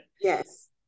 yes